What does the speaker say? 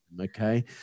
Okay